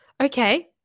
Okay